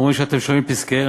אומרים שאתם שומעים לפסקיהם,